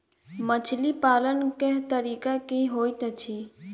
मछली पालन केँ तरीका की होइत अछि?